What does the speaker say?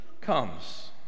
comes